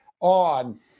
on